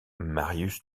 marius